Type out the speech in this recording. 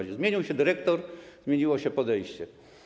Kiedy zmienił się dyrektor, zmieniło się podejście.